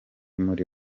muri